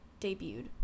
debuted